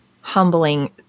humbling